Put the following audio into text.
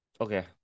Okay